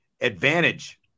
advantage